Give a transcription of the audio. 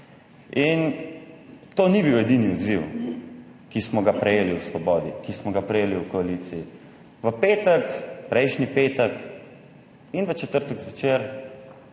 in to ni bil edini odziv, ki smo ga prejeli v Svobodi, ki smo ga prejeli v koaliciji. V petek, prejšnji petek in v četrtek zvečer